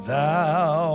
Thou